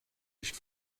nicht